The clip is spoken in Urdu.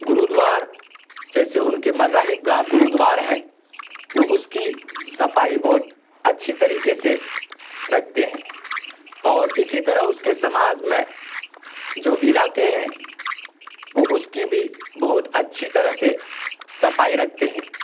گرودوار جیسے ان کے مذاہب گاہ گرودوار ہے وہ اس کی صفائی بہت اچھی طریقے سے رکھتے ہیں اور اسی طرح اس کے سماج میں جو علاقے ہیں وہ اس کی بھی بہت اچھی طرح سے صفائی رکھتے ہیں